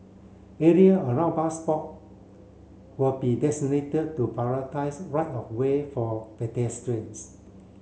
area around bus stop will be designated to prioritise right of way for pedestrians